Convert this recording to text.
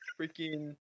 Freaking